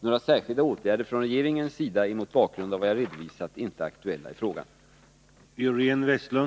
Några särskilda åtgärder från regeringens sida är mot bakgrund av vad jag redovisat inte aktuella i frågan.